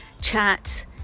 chat